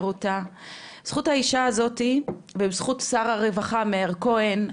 בזכות האישה הזאת ובזכות שר הרווחה מאיר כהן,